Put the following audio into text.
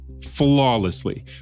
flawlessly